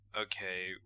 Okay